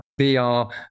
VR